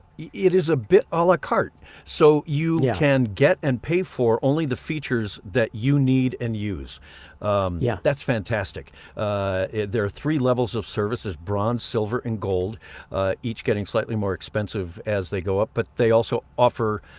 it is a bit a la carte so you can get and pay for only the features that you need and use yeah that's fantastic there are three levels of services bronze silver and gold each getting slightly more expensive as they go up but they also offer